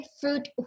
Fruit